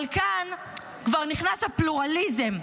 אבל כאן כבר נכנס הפלורליזם,